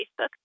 Facebook